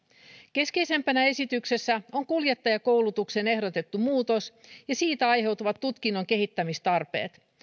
keskeisimpänä esityksessä on kuljettajakoulutuksen ehdotettu muutos ja siitä aiheutuvat tutkinnon kehittämistarpeet